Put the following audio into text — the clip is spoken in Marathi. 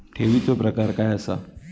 ठेवीचो प्रकार काय असा?